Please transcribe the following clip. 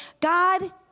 God